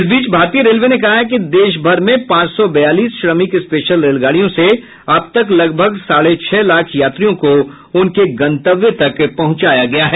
इस बीच भारतीय रेलवे ने कहा है कि देश भर में पांच सौ बयालीस श्रमिक स्पेशल रेलगाड़ियों से अब तक लगभग साढ़े छह लाख यात्रियों को उनके गंतव्य तक पहुंचाया गया है